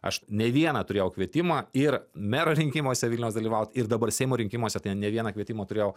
aš ne vieną turėjau kvietimą ir mero rinkimuose vilniaus dalyvaut ir dabar seimo rinkimuose ten ne vieną kvietimą turėjau